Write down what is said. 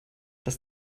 dass